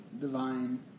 divine